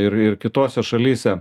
ir ir kitose šalyse